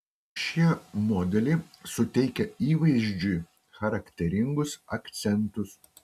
šie modeliai suteikia įvaizdžiui charakteringus akcentus